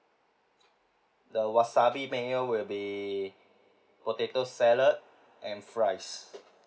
the wasabi mayo will be potato salad and fries